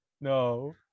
No